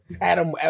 Adam